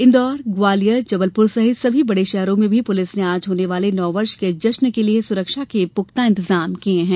इन्दौर ग्वालियर जबलपुर सहित सभी बड़े शहरों में भी पुलिस ने आज होने वाले नववर्ष के जश्न के लिए सुरक्षा के पुख्ता इंतजाम किये हैं